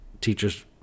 teachers